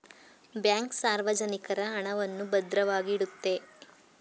bank ಸಾರ್ವಜನಿಕರ ಹಣವನ್ನು ಭದ್ರವಾಗಿ ಇಡುತ್ತೆ